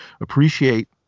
appreciate